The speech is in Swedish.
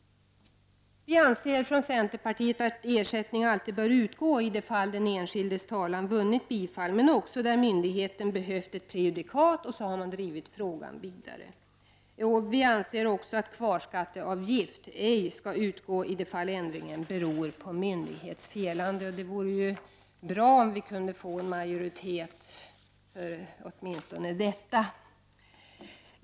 Vi från centerpartiet anser att ersättning alltid bör utgå i de fall den enskildes talan vunnit bifall, men också där myndigheten behövt ett prejudikat och därför drivit frågan vidare. Vi anser också att kvarskatteavgift ej skall utgå i de fall ändringen beror på myndighets felande. Det vore bra om vi kunde få en majoritet åtminstone för detta.